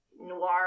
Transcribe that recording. noir